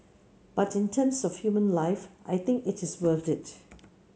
but in terms of human life I think it is worth it